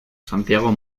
santiago